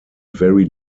very